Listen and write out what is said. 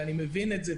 ואני מבין את זה.